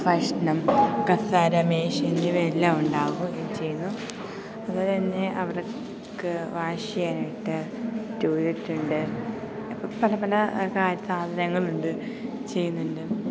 ഭക്ഷണം കസേര മേശ എന്നിവയെല്ലാമുണ്ടാകുകയും ചെയ്യുന്നു അതുപോലെതന്നെ അവർക്ക് വാഷ് ചെയ്യാനായിട്ട് ടോയ്ലെറ്റുണ്ട് പല പല സാധനങ്ങളുണ്ട് ചെയ്യുന്നുണ്ട്